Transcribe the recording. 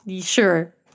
Sure